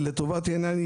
לטובת העניין,